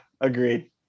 agreed